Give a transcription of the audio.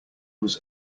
was